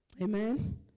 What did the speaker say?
Amen